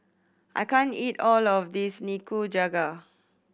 I can't eat all of this Nikujaga